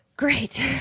Great